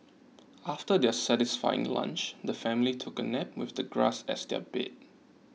after their satisfying lunch the family took a nap with the grass as their bed